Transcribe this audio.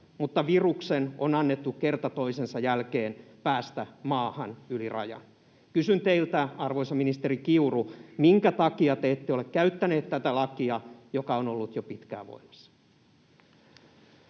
mutta viruksen on annettu kerta toisensa jälkeen päästä maahan yli rajan. Kysyn teiltä, arvoisa ministeri Kiuru: minkä takia te ette ole käyttäneet tätä lakia, joka on ollut jo pitkään voimassa?